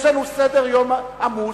יש לנו סדר-יום עמוס,